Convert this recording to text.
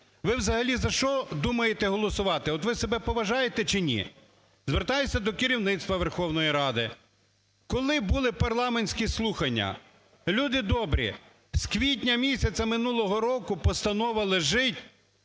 Ви взагалі за що думаєте голосувати, от ви себе поважаєте чи ні? Звертаюся до керівництва Верховної Ради. Коли були парламентські слухання? Люди добрі, з квітня місяця минулого року постанова лежить